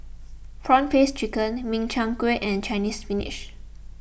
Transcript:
Prawn Paste Chicken Min Chiang Kueh and Chinese Spinach